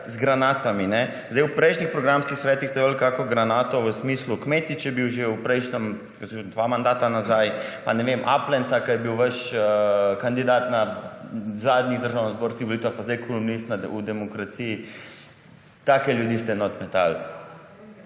z granatami? V prejšnjih programskih svetih ste vrgli kakšno granato v smislu, Kmetič je bil že v prejšnjem, dva mandata nazaj, pa Aplenca, ki je bil vaš kandidat na zadnjih državnozborskih volitvah in je zdaj kolumnist v Demokraciji. Take ljudi ste notri metali.